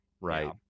Right